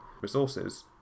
resources